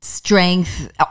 strength